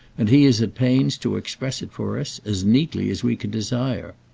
and he is at pains to express it for us as neatly as we could desire.